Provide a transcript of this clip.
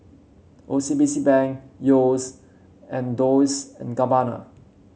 O C B C Bank Yeo's and Dolce and Gabbana